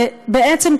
בעצם,